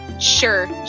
Sure